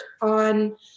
on